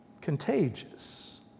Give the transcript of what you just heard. contagious